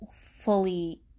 fully